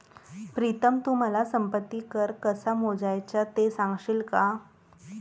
प्रीतम तू मला संपत्ती कर कसा मोजायचा ते सांगशील का?